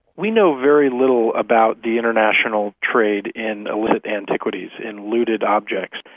we know very little about the international trade in illicit antiquities, in looted objects.